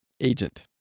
agent